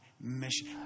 mission